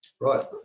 Right